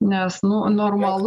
nes nu normalu